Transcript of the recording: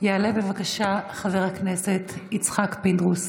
יעלה בבקשה חבר הכנסת יצחק פינדרוס.